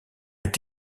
est